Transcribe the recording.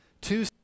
Two